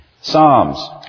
Psalms